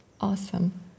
Awesome